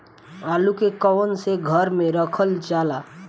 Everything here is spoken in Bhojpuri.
आलू के कवन से घर मे रखल जाला?